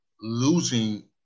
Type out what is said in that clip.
losing